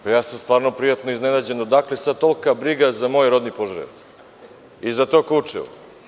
Ja sam stvarno prijatno iznenađen odakle sad tolika briga za moj rodni Požarevac i za to Kučevo.